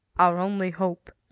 our only hope,